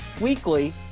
weekly